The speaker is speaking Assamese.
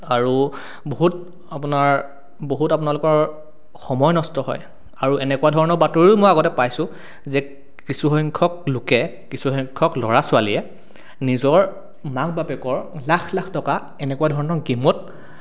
আৰু বহুত আপোনাৰ বহুত আপোনালোকৰ সময় নষ্ট হয় আৰু এনেকুৱা ধৰণৰ বাতৰিও মই আগতে পাইছোঁ যে কিছু সংখ্যক লোকে কিছুসংখ্যক ল'ৰা ছোৱালীয়ে নিজৰ মাক বাপেকৰ লাখ লাখ টকা এনেকুৱা ধৰণৰ গেমত